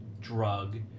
drug